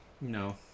No